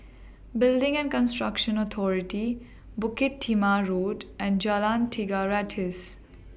Building and Construction Authority Bukit Timah Road and Jalan Tiga Ratus